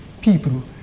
people